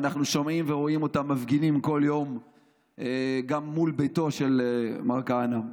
ואנחנו שומעים ורואים אותם מפגינים כל יום גם מול ביתו של מר כהנא.